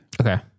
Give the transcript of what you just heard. Okay